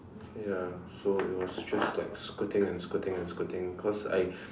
ya so it was just like squirting and squirting and squirting cause I